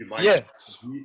Yes